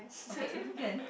okay can